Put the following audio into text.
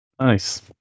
nice